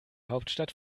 hauptstadt